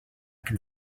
can